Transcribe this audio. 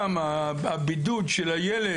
הבידוד של הילד,